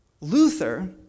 Luther